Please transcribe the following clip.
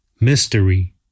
Mystery